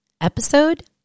Episode